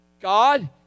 God